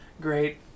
great